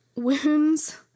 wounds